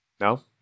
no